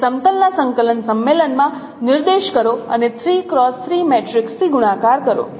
તેથી સમતલના સંકલન સંમેલનમાં નિર્દેશ કરો અને મેટ્રિક્સથી ગુણાકાર કરો